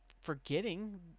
forgetting